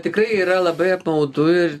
tikrai yra labai apmaudu ir